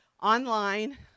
online